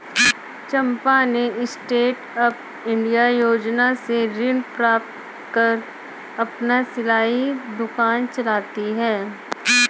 चंपा ने stand up India योजना से ऋण प्राप्त कर अपना सिलाई दुकान चलाती है